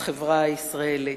בחברה הישראלית.